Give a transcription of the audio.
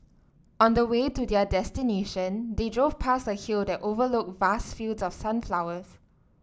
on the way to their destination they drove past a hill that overlooked vast fields of sunflowers